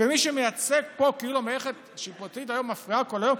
מי שמציג פה כאילו המערכת השיפוטית מפריעה כל היום,